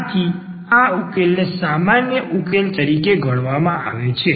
આથી આ ઉકેલ ને સામાન્ય ઉકેલ તરીકે ગણવામાં આવે છે